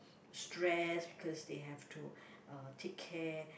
stress because they have to uh take care